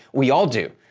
we all do.